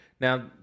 Now